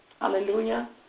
Hallelujah